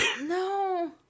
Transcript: No